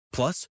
Plus